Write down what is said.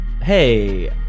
Hey